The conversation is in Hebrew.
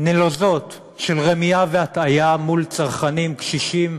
נלוזות של רמייה והטעיה מול צרכנים קשישים,